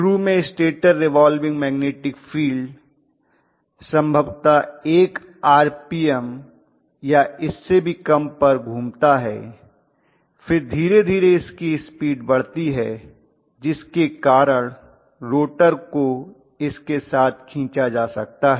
शुरू में stator revolving magnetic field सम्भवतः 1 आरपीएम या उससे भी कम पर घूमता है फिर धीरे धीरे इसकी स्पीड बढ़ती है जिसके कारण रोटर को इसके साथ खींचा जा सकता है